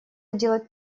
делать